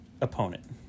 opponent